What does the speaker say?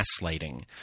gaslighting